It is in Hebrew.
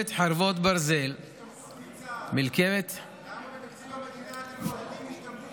אז למה בתקציב המדינה אתם מעודדים השתמטות